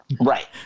right